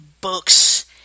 books